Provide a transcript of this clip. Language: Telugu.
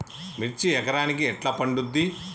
మిర్చి ఎకరానికి ఎట్లా పండుద్ధి?